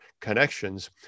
connections